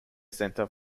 center